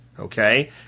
Okay